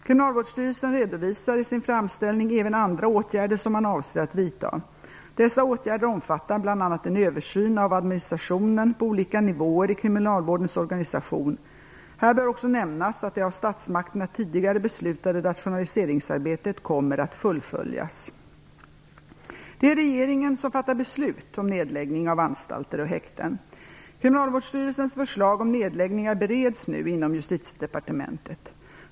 Kriminalvårdsstyrelsen redovisar i sin framställning även andra åtgärder som man avser att vidta. Dessa åtgärder omfattar bl.a. en översyn av administrationen på olika nivåer i kriminalvårdens organisation. Här bör också nämnas att det av statsmakterna tidigare beslutade rationaliseringsarbetet kommer att fullföljas. Det är regeringen som fattar beslut om nedläggning av anstalter och häkten. Kriminalvårdsstyrelsens förslag om nedläggningar bereds nu inom Justitiedepartementet.